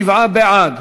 27 בעד,